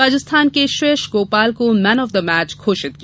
राजस्थान के श्रेयस गोपाल को man of the match घोषित किया